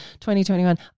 2021